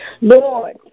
Lord